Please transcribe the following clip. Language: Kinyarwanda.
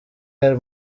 real